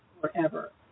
Forever